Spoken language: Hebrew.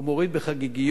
והוא מוריד בחגיגיות,